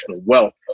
wealth